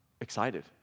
excited